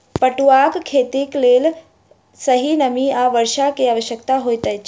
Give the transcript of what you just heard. पटुआक खेतीक लेल सही नमी आ वर्षा के आवश्यकता होइत अछि